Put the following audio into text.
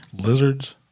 lizards